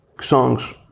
songs